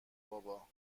بابا